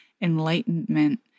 enlightenment